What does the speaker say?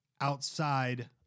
outside